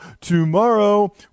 Tomorrow